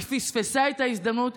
היא פספסה את ההזדמנות.